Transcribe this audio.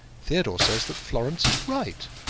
theodore says that florence is right.